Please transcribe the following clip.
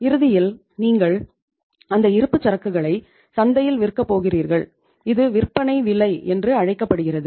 இறுதியில் நீங்கள் அந்த இருப்புச்சரக்குகளை சந்தையில் விற்கப் போகிறீர்கள் இது விற்பனை விலை என்று அழைக்கப்படுகிறது